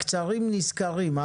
הקצרים נזכרים.